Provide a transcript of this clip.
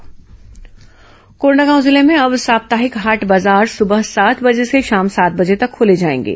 हाट बाजार अनुमति कोंडागांव जिले में अब साप्ताहिक हाट बाजार सुबह सात बजे से शाम सात बजे तक खोले जाएंगे